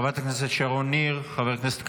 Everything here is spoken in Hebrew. חברת הכנסת שרון ניר, חבר הכנסת כהנא,